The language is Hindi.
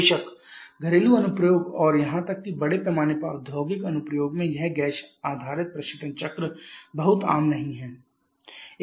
बेशक घरेलू अनुप्रयोग और यहां तक कि बड़े पैमाने पर औद्योगिक अनुप्रयोग में यह गैस आधारित प्रशीतन चक्र बहुत आम नहीं है